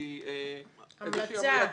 כאיזושהי המלצה,